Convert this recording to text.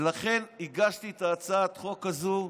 לכן הגשתי את הצעת החוק הזאת.